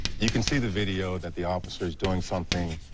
you can see the video that the officer's doing something,